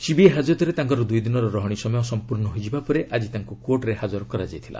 CBI ହାଜତରେ ତାଙ୍କର ଦୁଇଦିନ ରହଣୀ ସମୟ ସମ୍ପୂର୍ଣ୍ଣ ହୋଇଯିବା ପରେ ଆଜି ତାଙ୍କୁ କୋର୍ଟ୍ରେ ହାଜର କରାଯାଇଥିଲା